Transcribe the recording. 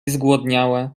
zgłodniałe